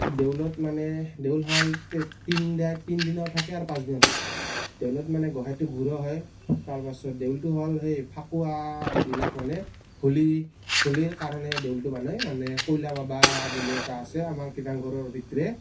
দেউলত মানে দেউল হ'ল তিনিদিনৰ থাকে আৰু পাঁচদিনৰ থাকে দেউলত মানে গোঁসাইটো ঘূৰোৱা হয় তাৰ পাছত দেউলটো হ'ল সেই ফাকুৱাবিলাক মানে হোলী হোলীৰ কাৰণে দেউলটো মানে মানে কলীয়া বাবা বুলি এটা আছে আমাৰ কীৰ্ত্তনঘৰৰ ভিতৰে